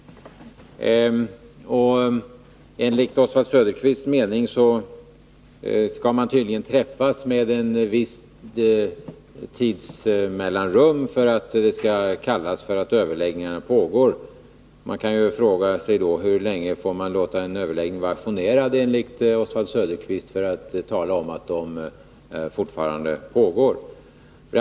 Enligt Oswald Söderqvists mening skall man tydligen träffas med ett visst tidsmellanrum för att det skall kallas att överläggningarna pågår. Man kan då fråga sig: Hur länge får man låta en överläggning vara ajournerad, enligt Oswald Söderqvists mening, för att kunna tala om att överläggningarna fortfarande pågår?